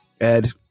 Ed